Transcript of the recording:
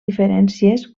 diferències